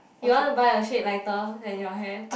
you want to buy a shade lighter than your hair